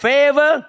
Favor